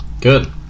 Good